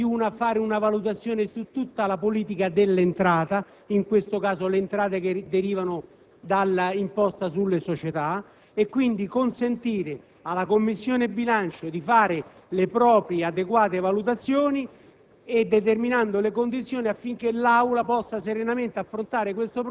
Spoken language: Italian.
lo stato di previsione delle entrate e la Tabella 2. Si tratta di fare una valutazione su tutta la politica dell'entrata, in questo caso sulle entrate che derivano dall'imposta sulle società. Occorre, quindi, consentire alla Commissione bilancio di fare le proprie, adeguate valutazioni,